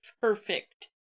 perfect